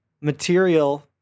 material